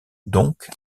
donc